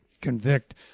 convict